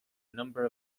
number